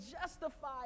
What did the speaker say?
justify